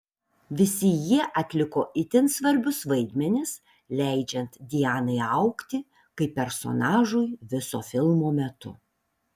visi jie atliko itin svarbius vaidmenis leidžiant dianai augti kaip personažui viso filmo metu